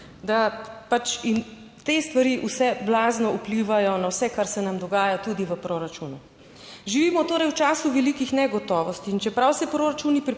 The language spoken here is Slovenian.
in te stvari vse blazno vplivajo na vse, kar se nam dogaja, tudi v proračunu. Živimo torej v času velikih negotovosti in čeprav se proračuni